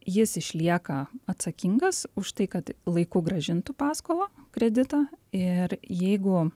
jis išlieka atsakingas už tai kad laiku grąžintų paskolą kreditą ir jeigu